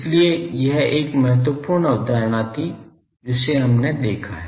इसलिए यह एक महत्वपूर्ण अवधारणा थी जिसे हमने देखा है